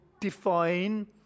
define